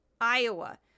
Iowa